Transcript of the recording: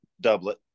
doublet